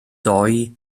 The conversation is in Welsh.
doi